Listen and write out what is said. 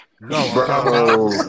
No